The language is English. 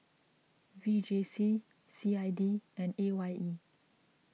V J C C I D and A Y E